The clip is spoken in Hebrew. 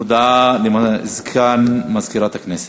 הודעה לסגן מזכירת הכנסת.